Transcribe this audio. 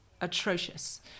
atrocious